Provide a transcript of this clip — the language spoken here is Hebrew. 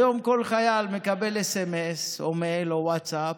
היום כל חייל מקבל סמ"ס או מייל או ווטסאפ,